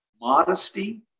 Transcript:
modesty